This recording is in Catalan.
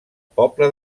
poble